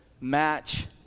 match